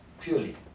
Purely